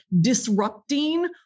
disrupting